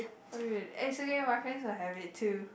okay and it's okay my friends will have it too